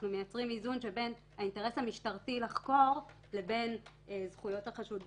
אנחנו מייצרים איזון שבין האינטרס המשטרתי לחקור לבין זכויות החשוד.